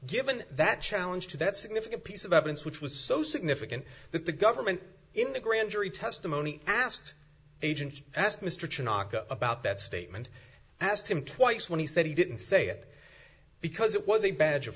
given that challenge to that significant piece of evidence which was so significant that the government in the grand jury testimony asked agent asked mr about that statement i asked him twice when he said he didn't say it because it was a badge of